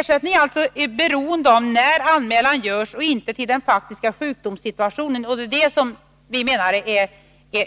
Ersättningen är alltså beroende av när anmälan görs och inte av den faktiska sjukdomssituationen, och det är det vi menar är